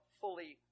fully